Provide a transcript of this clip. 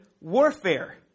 warfare